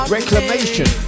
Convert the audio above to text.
Reclamation